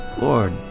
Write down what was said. Lord